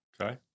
Okay